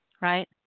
Right